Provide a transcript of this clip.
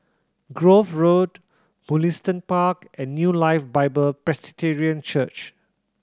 Grove Road Mugliston Park and New Life Bible Presbyterian Church